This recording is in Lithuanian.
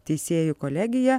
teisėjų kolegiją